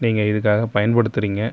நீங்கள் இதுக்காக பயன்படுத்துகிறீங்க